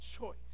choice